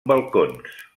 balcons